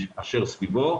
אשר סביבו.